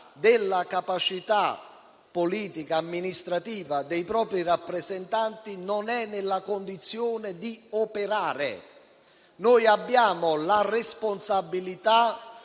della capacità politica amministrativa dei suoi rappresentanti, non sia nella condizione di operare. Noi abbiamo la responsabilità